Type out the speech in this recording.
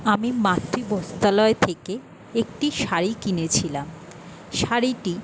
আমি মাতৃ বস্ত্রালয় থেকে একটি শাড়ি কিনেছিলাম শাড়িটি